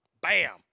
Bam